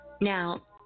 Now